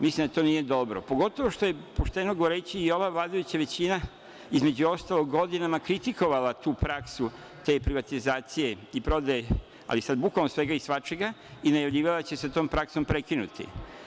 Mislim da to nije dobro, pogotovo što je, pošteno govoreći, i ova vladajuća većina, između ostalog godinama kritikovala tu praksu, te privatizacije i prodaje, ali sad bukvalno, svega i svačega i najavljivala da će sa tom praksom prekinuti.